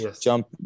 jump